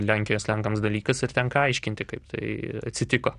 lenkijos lenkams dalykas ir tenka aiškinti kaip tai atsitiko